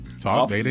talk